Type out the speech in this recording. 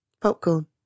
Popcorn